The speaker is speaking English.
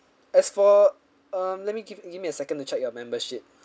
as for um let me give give me a second to check your membership